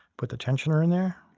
put the tensioner in there.